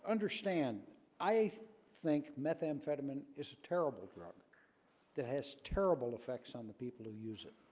understand i think methamphetamine is a terrible drug that has terrible effects on the people who use it